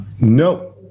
No